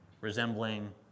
resembling